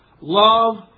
love